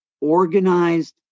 organized